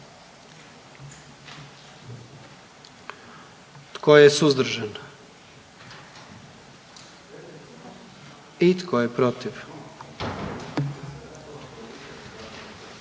Tko je suzdržan? I tko je protiv?